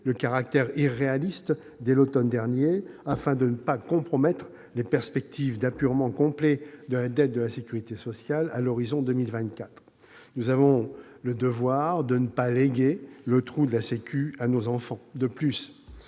le caractère irréaliste dès l'automne dernier, afin de ne pas compromettre les perspectives d'apurement complet de la dette de la sécurité sociale à l'horizon 2024. Nous avons le devoir de ne pas léguer le « trou de la sécu » à nos enfants. De plus,